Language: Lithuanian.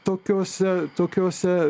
tokiuose tokiuose